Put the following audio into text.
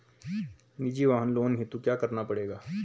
निजी वाहन लोन हेतु क्या करना पड़ेगा?